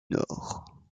nord